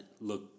look